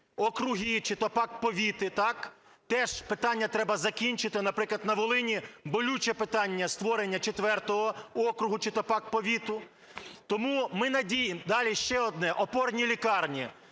округи чи то пак повіти, так, теж питання треба закінчити. Наприклад, на Волині болюче питання створення четвертого округу чи то пак повіту, тому ми… Далі ще одне – опорні лікарні.